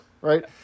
right